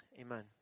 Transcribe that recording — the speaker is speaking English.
Amen